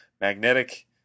magnetic